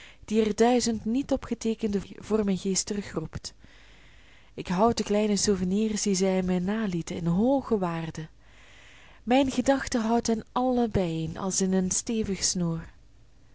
die er duizend niet opgeteekende voor mijn geest terugroept ik houd de kleine souvenirs die zij mij nalieten in hooge waarde mijn gedachte houdt hen allen bijeen als in een stevig snoer